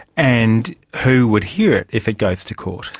and who would hear it if it goes to court?